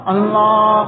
Allah